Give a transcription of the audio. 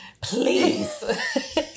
Please